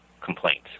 complaints